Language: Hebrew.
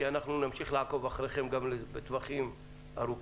אנחנו נמשיך לעקוב אחריכם גם לטווח ארוך.